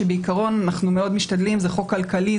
כשבעיקרון אנחנו מאוד משתדלים זה חוק כלכלי,